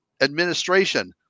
administration